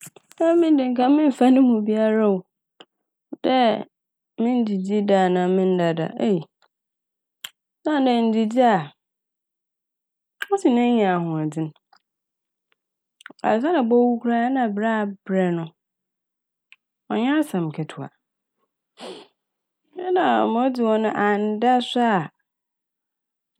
Ami de nka memmfa no mu biara o dɛ menndzidzi da anaa mennda da, Na ɔno enndzidzi a, osi dɛn nya ahoɔdzen. Adze a ebowu koraa na brɛ a abrɛ no, ɔnnyɛ asɛm ketowa. Nna ma odzi hɔ no annda so a